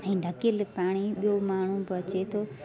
ऐं ढकियलु पाणी ॿियो माण्हू बि अचे थो